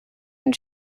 and